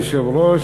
אדוני היושב-ראש,